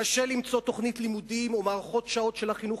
קשה למצוא תוכנית לימודים או מערכות שעות של החינוך